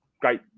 great